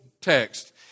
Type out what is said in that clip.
text